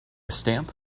stamp